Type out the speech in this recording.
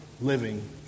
living